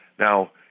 Now